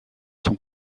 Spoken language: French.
son